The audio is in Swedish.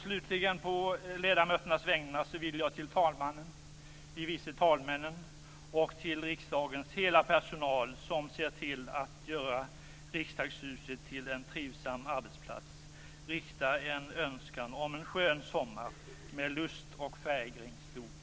Slutligen vill jag på ledamöternas vägnar till talmannen, de vice talmännen och till riksdagens hela personal, som ser till att göra Riksdagshuset till en trivsam arbetsplats, rikta en önskan om en skön sommar - med lust och fägring stor.